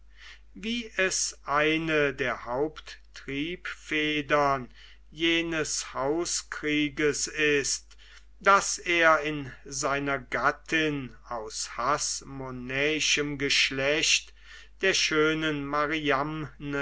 wie es eine der haupttriebfedern jenes hauskrieges ist daß er in seiner gattin aus hasmonäischem geschlecht der schönen